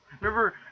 Remember